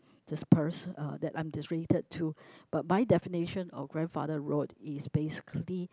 dispersed uh that I'm related to but my definition of grandfather road is basically